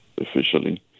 officially